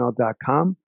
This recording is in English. gmail.com